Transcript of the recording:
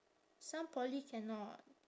some poly cannot